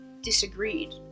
disagreed